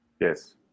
Yes